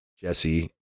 jesse